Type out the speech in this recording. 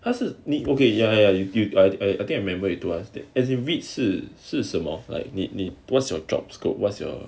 他是你 okay ya ya yo~ I I think I remember you told us that as you REITs 是是什么 like 你你 what's your job scope what's your